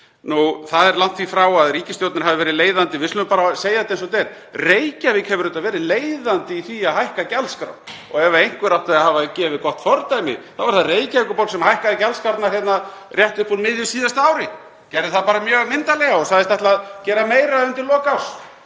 Það er langt því frá að ríkisstjórnin hafi verið leiðandi, við skulum bara segja eins og er: Reykjavík hefur auðvitað verið leiðandi í því að hækka gjaldskrár og ef einhver ætti að hafa gefið gott fordæmi þá er það Reykjavíkurborg sem hækkaði gjaldskrárnar hérna rétt upp úr miðju síðasta ári, gerði það bara mjög myndarlega og sagðist ætla að gera meira undir lok árs.